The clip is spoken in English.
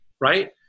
right